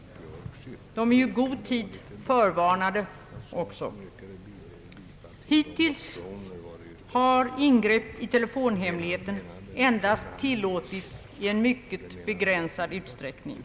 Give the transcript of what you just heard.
— de är ju i god tid förvarnade. Hittills har ingrepp i telefonhemligheten endast tillåtits i mycket begränsad utsträckning.